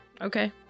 Okay